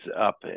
up